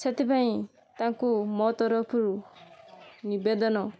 ସେଥିପାଇଁ ତାଙ୍କୁ ମୋ ତରଫରୁ ନିବେଦନ